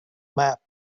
map